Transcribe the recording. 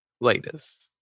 Latest